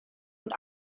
und